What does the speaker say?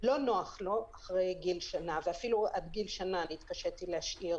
לא נוח לו אחרי גיל שנה ואפילו עד גיל שנה התקשיתי להשאיר